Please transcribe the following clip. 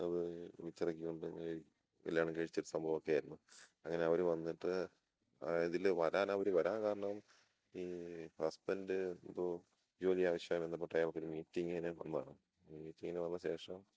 അത് വിളിച്ചിറക്കി കൊണ്ട് ഈ കല്യാണം കഴിച്ച ഒരു സംഭവമൊക്കെ ആയിരുന്നു അങ്ങനെ അവർ വന്നിട്ട് ഇതിൽ വരാൻ അവർ വരാൻ കാരണം ഈ ഹസ്ബൻഡ് എന്തോ ജോലി ആവശ്യമായി ബന്ധപെട്ട് അയാൾക്ക് ഒരു മീറ്റിങ്ങിന് വന്നതാണ് മീറ്റിങ്ങിന് വന്ന ശേഷം